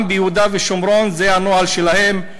גם ביהודה ושומרון זה הנוהל שלהם.